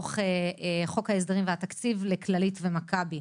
בחוק התקציב וההסדרים לשירותי בריאות כללית ולמכבי.